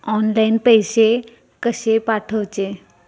Online पैसे कशे पाठवचे?